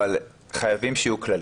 אבל חייבים שיהיו כללים.